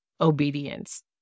Obedience